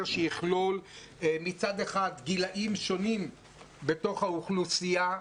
שיכלול מצד אחד גילאים שונים בתוך האוכלוסייה,